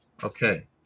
Okay